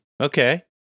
Okay